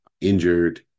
injured